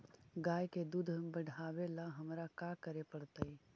गाय के दुध बढ़ावेला हमरा का करे पड़तई?